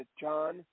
John